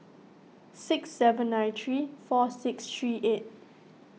six seven nine three four six three eight